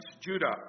Judah